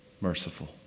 merciful